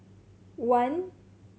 one